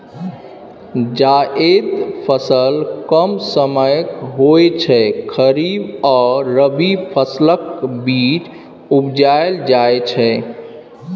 जाएद फसल कम समयक होइ छै खरीफ आ रबी फसलक बीच उपजाएल जाइ छै